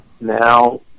Now